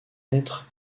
naître